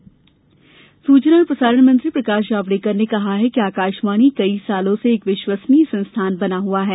जावड़ेकर सूचना और प्रसारण मंत्री प्रकाश जावडेकर ने कहा है कि आकाशवाणी कई वर्षो से एक विश्वसनीय संस्थान बना हुआ है